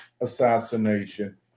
assassination